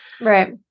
Right